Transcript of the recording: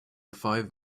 five